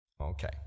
Okay